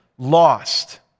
Lost